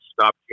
stop